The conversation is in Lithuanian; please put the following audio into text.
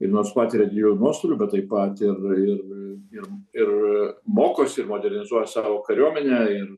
ir nors patiria didelių nuostolių bet taip pat ir ir ir ir mokosi ir modernizuoja savo kariuomenę ir